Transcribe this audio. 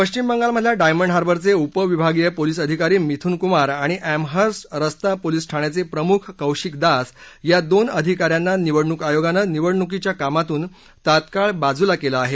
पश्चिम बंगालमधल्या डायमंड हार्बर चे उप विभागीय पोलीस आधिकारी मिथून कुमार आणि अप्रहेस्ट रस्ता पोलीस ठाण्याचे प्रमुख कौशिक दास या दोन अधिकाऱ्यांना निवडणूक आयोगानं निवडणुकीच्या कामातून तात्काळ बाजूला केलं आहे